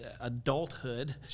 adulthood